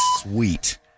sweet